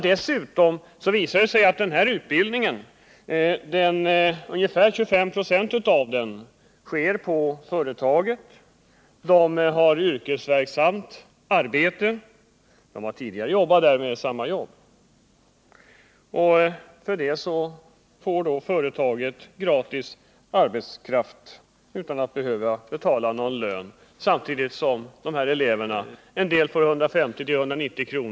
Dessutom visade det sig att ungefär 25 26 av denna utbildning sker på företaget, där de som utbildas redan har yrkesarbete — de har tidigare arbetat där med samma jobb — och att företaget på detta sätt får gratis arbetskraft. Företaget behöver alltså inte betala ut någon lön, samtidigt som en del av de här eleverna får 150-190 kr.